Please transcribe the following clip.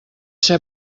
ser